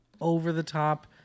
over-the-top